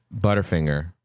Butterfinger